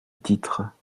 titre